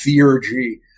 theurgy